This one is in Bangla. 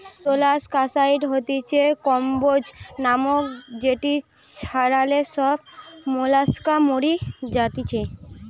মোলাস্কাসাইড হতিছে কম্বোজ নাশক যেটি ছড়ালে সব মোলাস্কা মরি যাতিছে